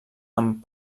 amb